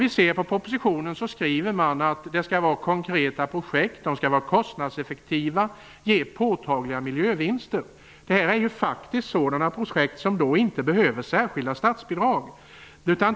I propositionen skriver man att det skall vara konkreta projekt som är kostnadseffektiva och ge påtagliga miljövinster. Det här är faktiskt projekt som inte behöver särskilda statsbidrag.